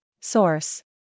Source